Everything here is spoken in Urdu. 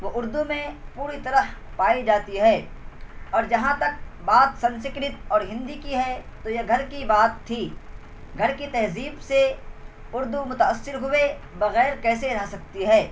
وہ اردو میں پوری طرح پائی جاتی ہے اور جہاں تک بات سنسکرت اور ہندی کی ہے تو یہ گھر کی بات تھی گھر کی تہذیب سے اردو متاثر ہوئے بغیر کیسے رہ سکتی ہے